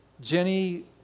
Jenny